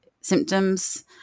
symptoms